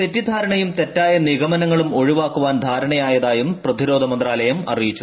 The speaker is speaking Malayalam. തെറ്റിദ്ധാരണയും തെറ്റായ നിഗമനങ്ങളും ഒഴിവാക്കുവാൻ ധാരണയായതായും പ്രതിരോധ മന്ത്രാലയം അറിയിച്ചു